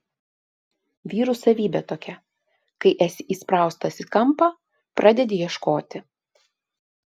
vyrų savybė tokia kai esi įspraustas į kampą pradedi ieškoti